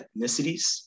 ethnicities